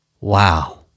wow